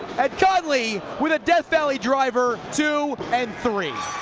and konley with a death valley driver two and three